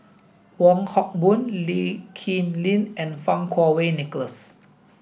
Wong Hock Boon Lee Kip Lin and Fang Kuo Wei Nicholas